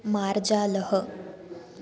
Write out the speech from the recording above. मार्जालः